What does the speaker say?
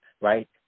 right